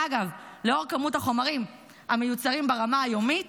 ואגב, לאור כמות החומרים המיוצרים ברמה היומית,